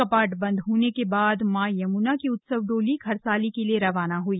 कपाट बंद के बाद मां यमुना की उत्सव डोली खरसाली के लिए रवाना हई